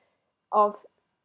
of